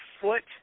foot